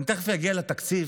ואני תכף אגיע לתקציב,